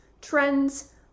trends